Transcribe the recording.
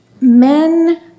Men